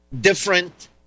different